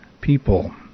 people